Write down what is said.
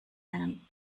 einen